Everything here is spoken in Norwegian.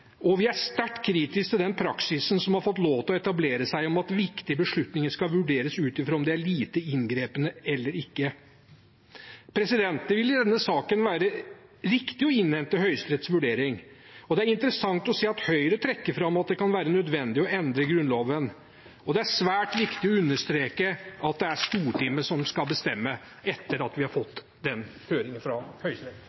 og vi er sterkt kritisk til den praksisen som har fått lov til å etablere seg, om at viktige beslutninger skal vurderes ut fra om de er lite inngripende eller ikke. Det vil i denne saken være riktig å innhente Høyesteretts vurdering. Det er interessant å se at Høyre trekker fram at det kan være nødvendig å endre Grunnloven. Det er svært viktig å understreke at det er Stortinget som skal bestemme, etter at vi har